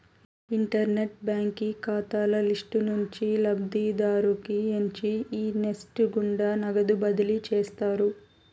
internet బాంకీ కాతాల list నుంచి లబ్ధిదారుని ఎంచి ఈ నెస్ట్ గుండా నగదు బదిలీ చేస్తారు